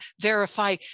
verify